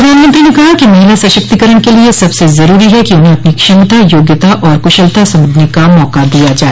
प्रधानमंत्री ने कहा कि महिला सशक्तिकरण के लिए सबसे जरूरी है कि उन्हें अपनी क्षमता योग्यता और कुशलता समझने का मौका दिया जाए